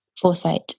Foresight